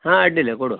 ಹಾಂ ಅಡ್ಡಿಲ್ಲ ಕೊಡುವ